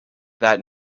that